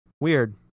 Weird